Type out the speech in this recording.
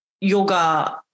yoga